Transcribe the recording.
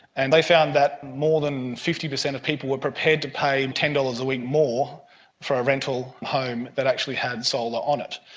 and they found that more than fifty percent of people were prepared to pay ten dollars a week more for a rental home that actually had solar on it.